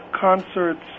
concerts